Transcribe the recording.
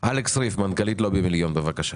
אלקס ריף, מנכ"לית לובי המיליון, בבקשה.